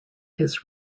his